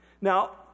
Now